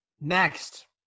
Next